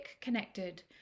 connected